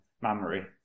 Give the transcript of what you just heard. memory